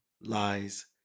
lies